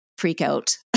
freakout